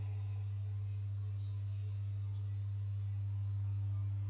um